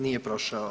Nije prošao.